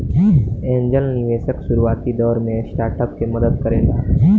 angel निवेशक शुरुआती दौर में स्टार्टअप के मदद करेला